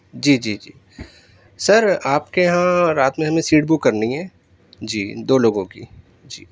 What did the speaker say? جی جی جی سر آپ کے یہاں رات میں ہم نے سیٹ بک کرنی ہے جی دو لوگوں کی جی